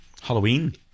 Halloween